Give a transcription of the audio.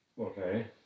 Okay